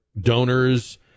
donors